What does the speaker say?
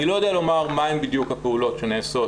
אני לא יודע לומר מהם בדיוק הפעולות שנעשות